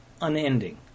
Unending